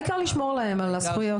העיקר לשמור להם על הזכויות.